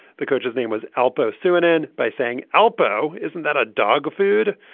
the coach's name was alpo soon in by saying alpo. isn't that a dog food.